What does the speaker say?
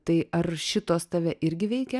tai ar šitos tave irgi veikė